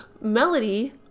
Melody